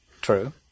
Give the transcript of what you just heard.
true